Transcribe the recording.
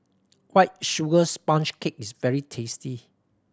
White Sugar Sponge Cake is very tasty